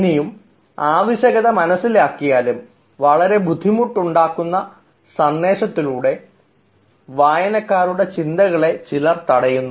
ഇനിയും ആവശ്യകത മനസ്സിലാക്കിയാലും വളരെ ബുദ്ധിമുട്ട് ഉളവാക്കുന്ന സന്ദേശത്തിലൂടെ വായനക്കാരുടെ ചിന്തകളെ ചിലർ തടയുന്നു